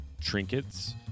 trinkets